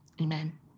Amen